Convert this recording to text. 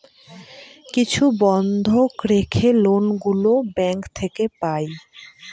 কিছু বন্ধক রেখে লোন গুলো ব্যাঙ্ক থেকে পাই